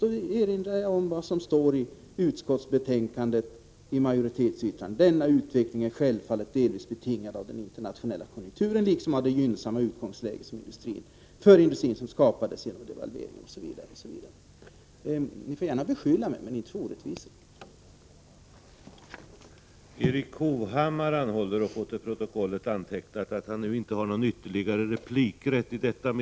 Då erinrar jag om vad som står i majoritetsyttrandet i utskottsbetänkandet: ”Denna utveckling är självfallet delvis betingad av den internationella konjunkturen, liksom av det gynnsamma utgångsläge för industrin som skapades genom devalveringen ——--" osv. Ni får gärna rikta beskyllningar mot mig, men ni får inte beskylla mig för orättvisa.